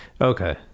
Okay